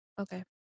Okay